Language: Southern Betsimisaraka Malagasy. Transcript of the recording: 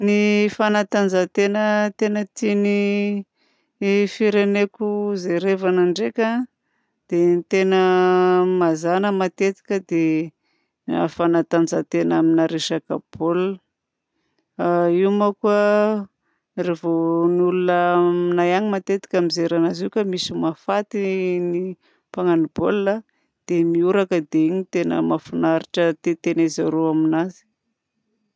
Ny fanatanjahan-tena tena tian'ny fireneko jerevana ndraika de ny tena mazàna matetika dia ny fanatanjahan-tena aminahy resaka baolina. Io manko a revô ny olona aminay agny matetika mijery an'azy io ka misy mahafaty ny mpagnano baolina dia mihoraka. Dia iny no tena mahafinaritra iny tiatiana zareo aminazy.